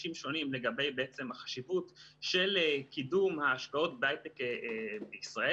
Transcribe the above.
הדגשים שונים לגבי בעצם החשיבות של קידום ההשקעות בהיי-טק בישראל.